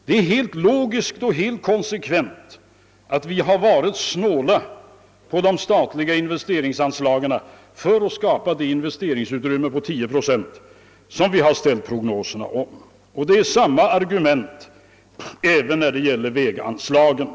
Det är helt enkelt logiskt och konsekvent att vi varit snåla med de statliga investeringsanslagen för att skapa det investeringsutrymme på 10 procent som vi angivit i prognoserna. Samma argument gäller väganslagen.